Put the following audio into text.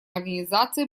организации